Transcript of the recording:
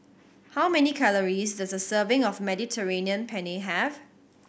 how many calories does a serving of Mediterranean Penne have